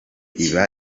iba